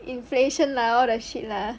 inflation lah what the shit lah